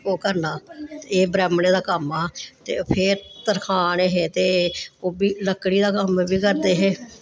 ओह् करना एह् ब्राह्मणें दा कम्म हा ते फिर तरखान हे ते ओह् बी लकड़ी दा कम्म बी करदे हे